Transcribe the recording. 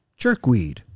jerkweed